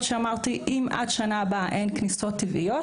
שאמרתי: אם עד שנה הבאה אין כניסות טבעיות,